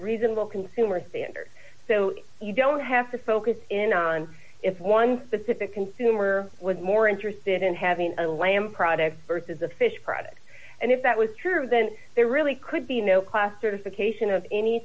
reasonable consumer standard so you don't have to focus in on if one specific consumer was more interested in having a lamb product versus a fish product and if that was true then there really could be no classification of any